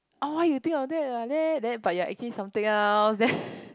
oh why you think of that like that but you're actually something else